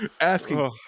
asking